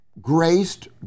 graced